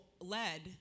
led